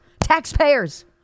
Taxpayers